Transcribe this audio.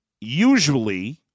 Usually